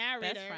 narrator